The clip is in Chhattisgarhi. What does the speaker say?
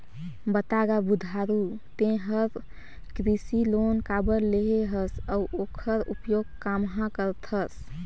बता गा बुधारू ते हर कृसि लोन काबर लेहे हस अउ ओखर उपयोग काम्हा करथस